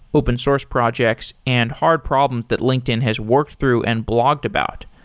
open source projects and hard problems that linkedin has worked through and blogged about.